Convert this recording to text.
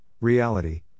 reality